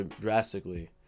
drastically